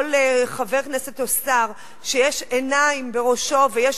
כל חבר כנסת או שר שיש עיניים בראשו ויש